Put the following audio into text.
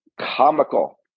comical